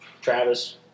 Travis